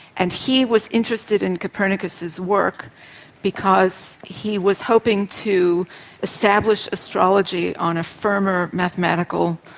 and he was interested in copernicus's work because he was hoping to establish astrology on a firmer mathematical,